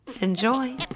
Enjoy